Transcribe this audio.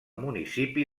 municipi